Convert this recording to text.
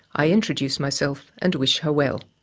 i introduce myself and wish her well.